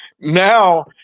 now